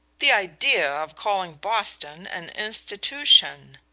the idea of calling boston an institution